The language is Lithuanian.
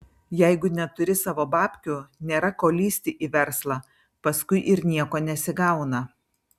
jeigu neturi savo babkių nėra ko lįsti į verslą paskui ir nieko nesigauna